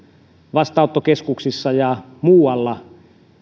vastaanottokeskuksissa ja muualla